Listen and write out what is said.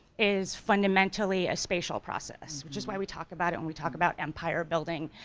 is fundamentally a spatial process, which is why we talked about it when we talked about empire building,